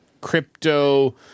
crypto